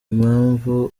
impamvu